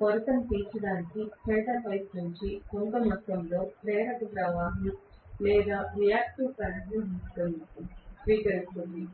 కొరతను తీర్చడానికి స్టేటర్ వైపు నుండి కొంత మొత్తంలో ప్రేరక ప్రవాహం లేదా రియాక్టివ్ కరెంట్ను గీస్తుంది